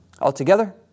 Altogether